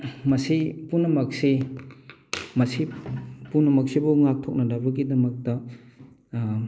ꯃꯁꯤ ꯄꯨꯝꯅꯃꯛꯁꯤ ꯃꯁꯤ ꯄꯨꯝꯅꯃꯛꯁꯤꯕꯨ ꯉꯥꯛꯊꯣꯛꯅꯅꯕꯒꯤꯗꯃꯛꯇ